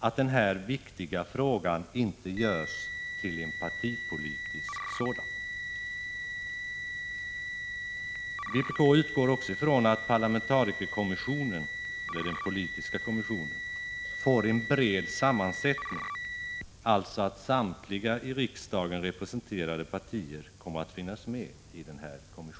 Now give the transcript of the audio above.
att denna viktiga fråga inte bör göras till en partipolitisk sådan. Vpk utgår också från att parlamentarikerkommissionen, eller den politiska kommissionen, får en bred sammansättning så att samtliga i riksdagen representerade partier kommer att finnas med i den. Fru talman!